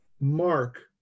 Mark